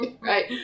Right